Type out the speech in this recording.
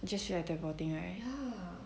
just like you're teleporting right